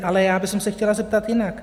Ale já bych se chtěla zeptat jinak.